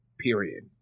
period